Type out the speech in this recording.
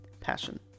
passion